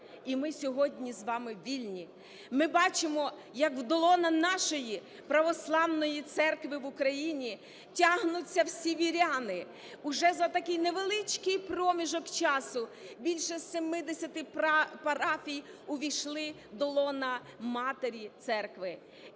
І ми сьогодні з вами вільні. Ми бачимо, як до лона нашої Православної Церкви України тягнуться всі віряни. Вже за такий невеличкий проміжок часу більше 70 парафій увійшли до лона Матері Церкви.